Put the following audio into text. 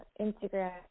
Instagram